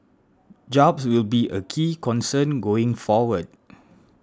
jobs will be a key concern going forward